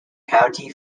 county